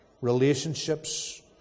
relationships